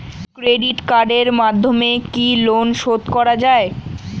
Credit কার্ডের মাধ্যমে কি লোন শোধ করা যায়?